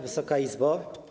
Wysoka Izbo!